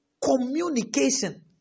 communication